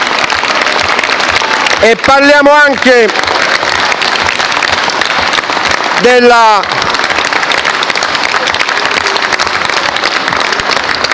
E parliamo anche della